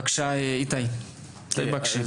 בבקשה, איתי בקשי.